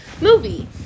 movie